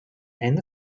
and